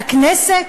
מהכנסת,